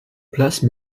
place